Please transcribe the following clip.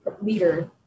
leader